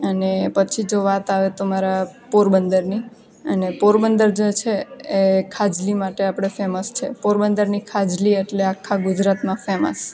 અને પછી જો વાત આવે તો મારા પોરબંદરની અને પોરબંદર જે છે એ ખાજલી માટે આપણે ફેમસ છે પોરબંદરની ખાજલી એટલે આખા ગુજરાતમાં ફેમસ